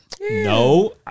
No